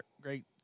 great